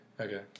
Okay